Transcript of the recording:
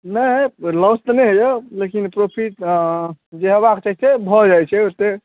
नहि लॉस तऽ नहि होइया लेकिन प्रॉफिट जे होयबाक चाही से भऽ जाइत छै ओते